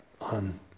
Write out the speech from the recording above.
on